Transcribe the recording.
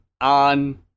on